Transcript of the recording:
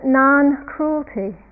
non-cruelty